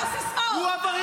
אני לא סיסמאות --- הוא עבריין.